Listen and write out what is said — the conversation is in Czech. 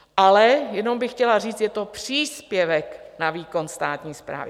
Ale jenom bych chtěla říct, že je to příspěvek na výkon státní správy.